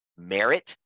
Merit